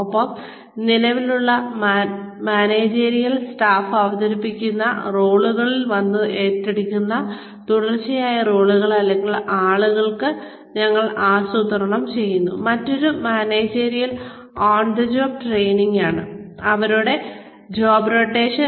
ഒപ്പം നിലവിലുള്ള managerial staff അവതരിപ്പിക്കുന്ന റോളുകൾ വന്ന് ഏറ്റെടുക്കുന്ന തുടർച്ചയായ റോളുകൾ അല്ലെങ്കിൽ ആളുകൾക്കായി ഞങ്ങൾ ആസൂത്രണം ചെയ്തു മറ്റൊരു managerial on the job training ആണ് ജോബ് റൊട്ടേഷൻ